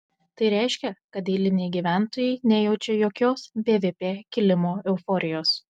tai reiškia kad eiliniai gyventojai nejaučia jokios bvp kilimo euforijos